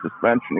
suspension